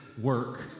work